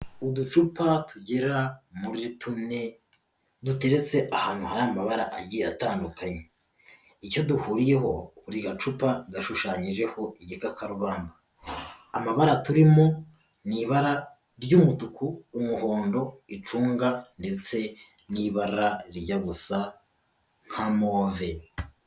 Uducupa tugera muri tune duteretse ahantu hari amabara agiye atandukanye. Icyo duhuriyeho buri gacupa gashushanyijeho igikakarubamba. Amabara turimo ni ibara ry'umutuku, umuhondo, icunga ndetse n'ibara rijya gusa nka move.